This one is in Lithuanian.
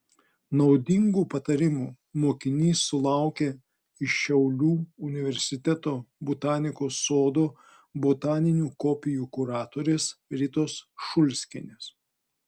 naudingų patarimų mokinys sulaukia iš šiaulių universiteto botanikos sodo botaninių kopijų kuratorės ritos šulskienės